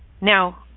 Now